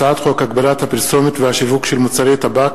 הצעת חוק הגבלת הפרסומת והשיווק של מוצרי טבק